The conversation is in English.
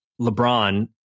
LeBron